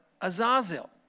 Azazel